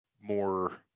more